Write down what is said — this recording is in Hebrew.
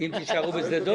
אם תישארו בשדה דב?